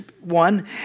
one